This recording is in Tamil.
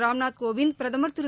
ராம்நாத் கோவிந்த் பிரதமர் திரு